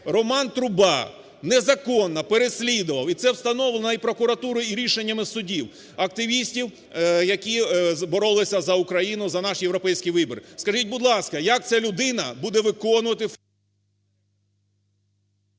Роман Труба незаконно переслідував - і це встановлено прокуратурою, і рішеннями судів, - активістів, які боролися за Україну, за наш європейський вибір. Скажіть, будь ласка, як ця людина буде виконувати…